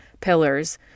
pillars